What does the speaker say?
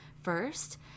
first